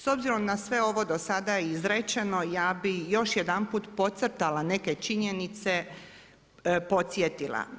S obzirom na sve ovo do sada i izrečeno ja bih još jedanput podcrtala neke činjenice, podsjetila.